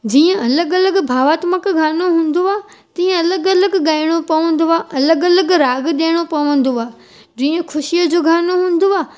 जीअं अलॻि अलॻि भावात्मक गानो हूंदो आहे तीअं अलॻि अलॻि ॻाइणो पवंदो आहे अलॻि अलॻि राग ॾियणो पवंदो आहे जीअं ख़ुशीअ जो गानो हूंदो आहे